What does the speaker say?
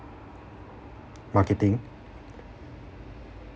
marketing